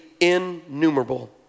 innumerable